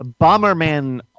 Bomberman